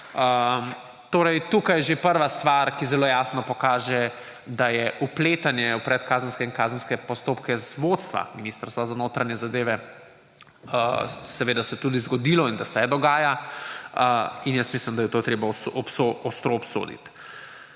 Tukaj je že prva stvar, ki zelo jasno pokaže, da se je vpletanje v predkazenske in kazenske postopke iz vodstva Ministrstva za notranje zadeve seveda tudi zgodilo in da se dogaja. In jaz mislim, da je to treba ostro obsoditi.